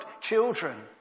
children